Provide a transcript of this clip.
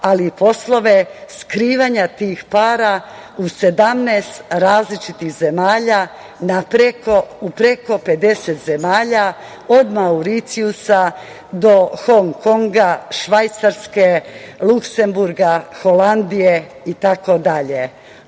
ali i poslove skrivanja tih para u 17 različitih zemalja, u preko 50 zemalja, od Mauricijusa do Hongkonga, Švajcarske, Luksemburga, Holandije i